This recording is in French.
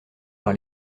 par